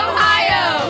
Ohio